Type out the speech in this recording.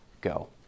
go